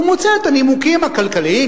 הוא מוצא את הנימוקים הכלכליים,